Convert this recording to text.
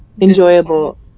enjoyable